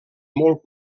molt